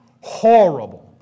horrible